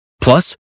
Plus